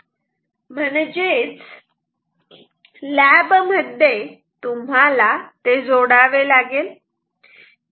म्हणजेच लॅब मध्ये तुम्हाला ते जोडावे लागेल